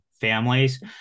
families